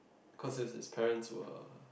cause it's his parents were